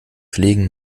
pflegen